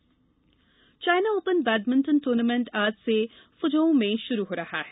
badminton China Open badminton tournament आज से Fuzhou में शुरू हो रहा है